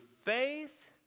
faith